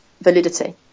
validity